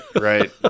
right